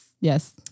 Yes